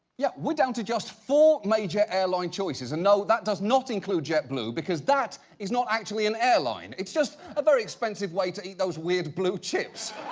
yeah, we down to just four major airline choices, and no that does not include jetblue because that is not actually an airline. it's just a very expensive way to eat those weird blue chips.